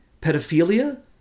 pedophilia